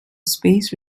space